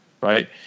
right